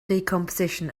decomposition